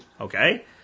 Okay